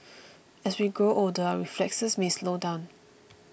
as we grow older our reflexes may slow down